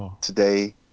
today